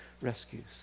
rescues